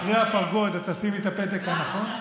מאחורי הפרגוד את תשימי את הפתק הנכון?